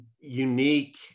unique